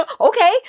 okay